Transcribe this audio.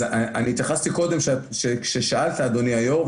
אני התייחסתי קודם כששאלת, אדוני יושב-ראש.